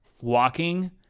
walking